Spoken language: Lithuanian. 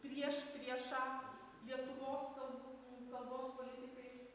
priešpriešą lietuvos kalbų kalbos politikai